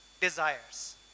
desires